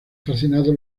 fascinado